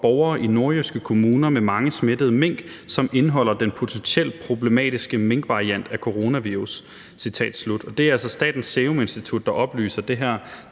det er altså Statens Serum Institut, der oplyser det her